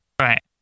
Right